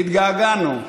התגעגענו.